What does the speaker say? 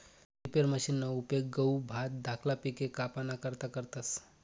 reaper मशिनना उपेग गहू, भात धाकला पिके कापाना करता करतस